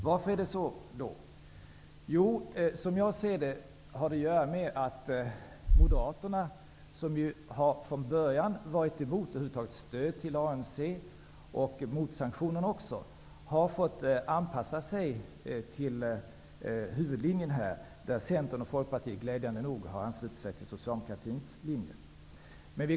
Varför är det så? Jo, Moderaterna, som från början har varit emot att ge stöd till ANC och mot sanktionerna, har fått anpassa sig till huvudlinjen, där Centern och Folkpartiet glädjande nog har anslutit sig till socialdemokratins linje.